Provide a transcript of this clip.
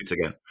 again